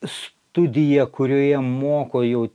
studija kurioje moko jau